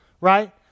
Right